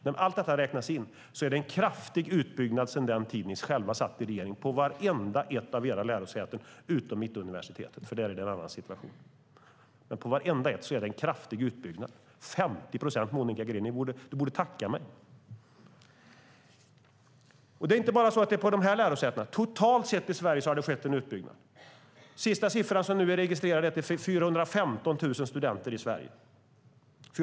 När allt detta räknas in är det en kraftig utbyggnad sedan den tid när ni själva satt i regeringen på vartenda ett av era lärosäten utom Mittuniversitetet, för där är situationen annorlunda. Men på vartenda ett av de övriga är det en kraftig utbyggnad. 50 procent i Skövde, Monica Green, du borde tacka mig! Det är på det här sättet inte bara på de här lärosätena, utan totalt sett i Sverige har det skett i utbyggnad. Den sista siffra som är registrerad anger 415 000 studenter i Sverige.